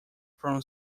from